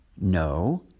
No